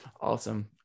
Awesome